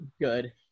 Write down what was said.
good